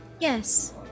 Yes